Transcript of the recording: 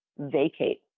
vacate